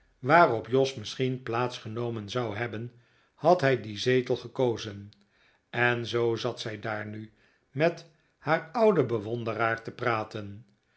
waarop jos misschien plaats genomen zou hebben had hij dien zetel gekozen en zoo zat zij daar nu met haar ouden bewonderaar te praten